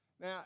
Now